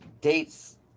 dates